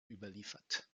überliefert